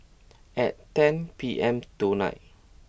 at ten P M tonight